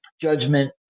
judgment